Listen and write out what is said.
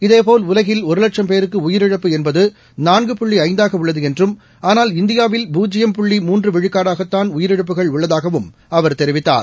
இதேபோல் உலகில் ஒரு வட்சும் பேருக்கு உயிரிழப்பு என்பது நான்கு புள்ளி ஐந்தாக உள்ளது என்றும் ஆனால் இந்தியாவில் பூஜ்ஜியம் புள்ளி மூன்று விழுக்காடாகதான் உயிரிழப்புகள் உள்ளதாகவும் அவர் தெரிவித்தார்